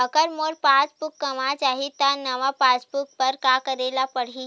अगर मोर passbook गवां जाहि त नवा पास बुक बर का करे ल पड़हि?